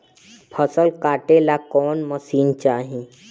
फसल काटेला कौन मशीन चाही?